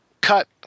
Cut